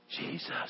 Jesus